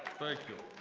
thank you,